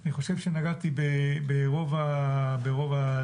אני חושב שנגעתי ברוב הדברים.